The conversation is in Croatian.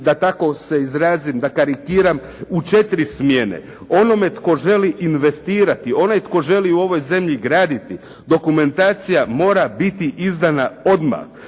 da tako se izrazim, da karikiram u 4 smjene. Onom tko želi investirati, onaj tko želi u ovoj zemlji graditi, dokumentacija mora biti izdana odmah.